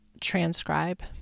transcribe